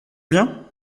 bien